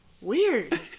Weird